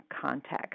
context